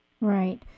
Right